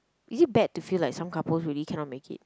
is it bad to feel like some couples really cannot make it